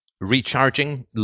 recharging